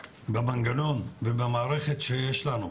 במנגנון ובמערכת שיש לנו,